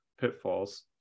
pitfalls